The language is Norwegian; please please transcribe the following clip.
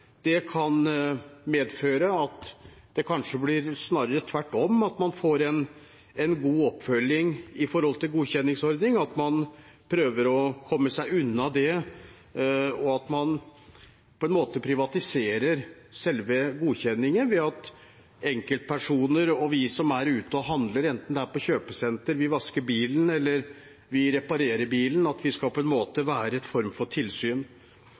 Det kan medføre at det kanskje snarere blir tvert om, at når det gjelder godkjenningsordning og god oppfølging, prøver man å komme seg unna og privatiserer på en måte selve godkjenningen ved at enkeltpersoner og vi som er ute og handler, enten vi er på kjøpesenter eller får vasket eller reparert bilen, skal være en form for tilsyn. Fremskrittspartiet støtter A i komiteens tilråding, minus § 4-1 åttende ledd, som vi